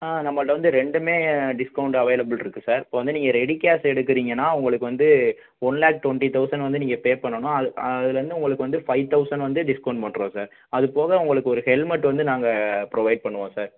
ஆ நம்மகிட்ட வந்து ரெண்டுமே டிஸ்கௌண்ட் அவைலபிள் இருக்குது சார் இப்போ வந்து நீங்கள் ரெடி கேஷ் எடுக்குறீங்கன்னால் உங்களுக்கு வந்து ஒன் லேக் டிவெண்ட்டி தௌசண்ட் வந்து நீங்கள் பே பண்ணனும் அது அதில் வந்து உங்களுக்கு வந்து ஃபைவ் தௌசண்ட் வந்து டிஸ்கௌண்ட் பண்ணுறோம் சார் அது போக உங்களுக்கு ஒரு ஹெல்மெட் வந்து நாங்கள் புரோவைட் பண்ணுவோம் சார்